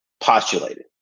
postulated